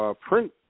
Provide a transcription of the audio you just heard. Print